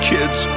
Kids